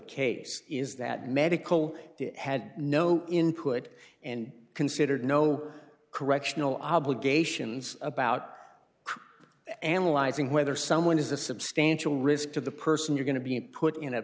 case is that medical had no input and considered no correctional obligations about analyzing whether someone is a substantial risk to the person you're going to be put in a